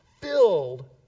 Filled